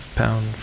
pound